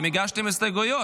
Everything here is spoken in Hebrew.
הוא הגיש הסתייגות.